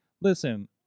Listen